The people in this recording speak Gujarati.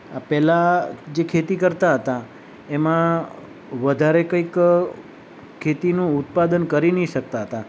પહેલાં જે ખેતી કરતા હતા એમાં વધારે કંઈક ખેતીનું ઉત્પાદન કરી નહીં શકતા હતા